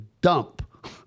dump